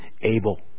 Abel